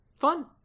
fun